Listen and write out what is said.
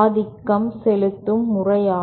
ஆதிக்கம் செலுத்தும் முறை ஆகும்